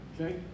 Okay